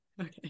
Okay